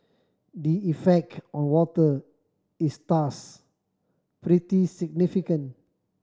the effect on water is thus pretty significant